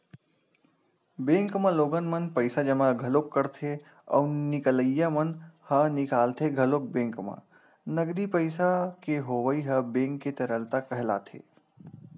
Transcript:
bank म लोगन मन पइसा जमा घलोक करथे अउ निकलइया मन ह निकालथे घलोक बेंक म नगदी पइसा के होवई ह बेंक के तरलता कहलाथे